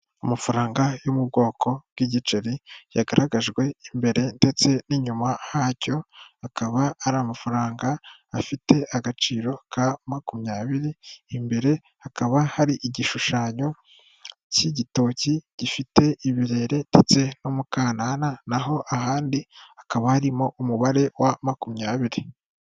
Amafaranga yo mu bwoko bw'igiceri yagaragajwe imbere ndetse n'inyuma hacyo akaba ari amafaranga afite agaciro ka makumyabiri, imbere hakaba hari igishushanyo cy'igitoki gifite ibirere ndetse n'umukanana naho ahandi hakaba harimo umubare wa makumyabiri.